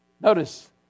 Notice